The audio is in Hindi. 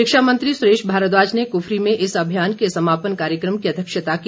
शिक्षा मंत्री सुरेश भारद्वाज ने कुफरी में इस अभियान के समापन कार्यकम की अध्यक्षता की